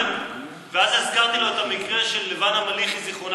ואז הזכרתי לו את המקרה של לבנה מליחי ז"ל,